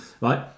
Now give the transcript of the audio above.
right